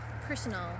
personal